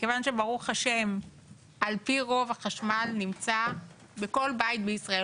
מכיוון שברוך השם על פי רוב החשמל בנמצא בכל בית בישראל,